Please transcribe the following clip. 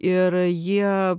ir jie